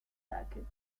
circuits